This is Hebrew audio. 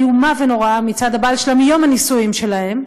איומה ונוראה מצד הבעל שלה מיום הנישואים שלהם,